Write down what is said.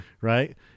Right